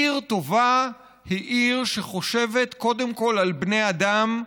עיר טובה היא עיר שחושבת קודם כול על בני אדם,